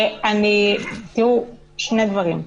שני דברים: